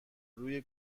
روی